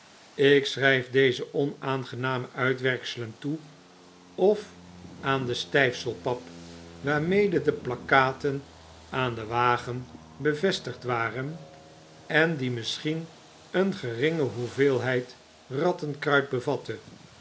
ik schryf deze onaangename uitwerkselen toe of aan de styfselpap waarmede de plakkaten aan den wagen bevestigd waren en die misschien een geringe hoeveelheid rattenkruit bevatte